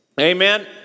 Amen